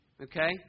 okay